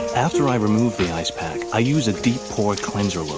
after i remove the ice pack, i use a deep poy cleanser